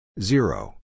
Zero